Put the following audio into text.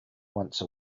once